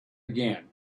again